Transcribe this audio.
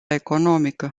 economică